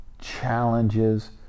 challenges